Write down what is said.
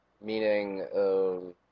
meaning